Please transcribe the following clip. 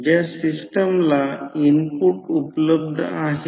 तर हे V1 आहे आणि हे V1 E1 आहे 180° फेजबाहेर आहे